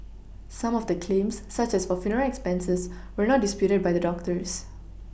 some of the claims such as for funeral expenses were not disputed by the doctors